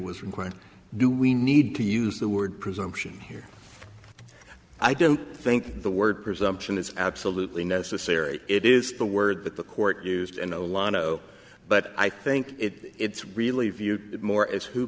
was required to do we need to use the word presumption here i don't think the word presumption is absolutely necessary it is the word that the court used in a lot but i think it's really viewed more as who